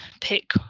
pick